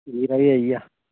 जीरा बी आई गेआ